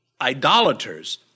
idolaters